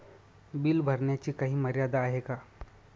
Bill भरण्याची काही मर्यादा आहे का?